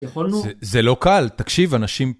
זה לא קל, תקשיב, אנשים...